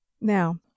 Now